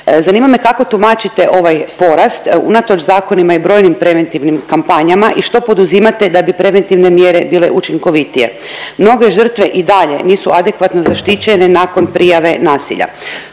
Zanima me kako tumačite ovaj porast unatoč zakonima i brojnim preventivnim kampanjama i što poduzimate da bi preventivne mjere bile učinkovitije. Mnoge žrtve i dalje nisu adekvatno zaštićene nakon prijave nasilja.